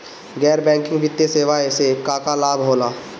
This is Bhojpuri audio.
गैर बैंकिंग वित्तीय सेवाएं से का का लाभ होला?